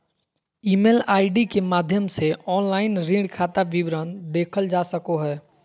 email ID के माध्यम से ऑनलाइन ऋण खाता विवरण देखल जा सको हय